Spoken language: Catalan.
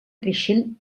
creixent